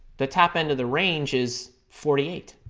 the top end of the range is forty eight.